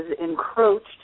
encroached